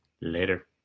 Later